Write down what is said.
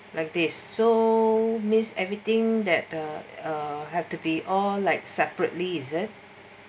like this so means everything that you have to be all like separately is it